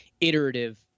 iterative